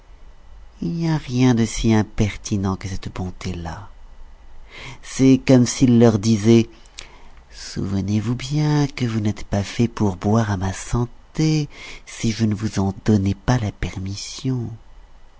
il n'y a rien de si impertinent que cette bonté là c'est comme s'ils leur disaient souvenez-vous bien que vous n'êtes pas faits pour boire à ma santé si je ne vous en donnais pas la permission